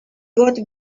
got